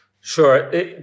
Sure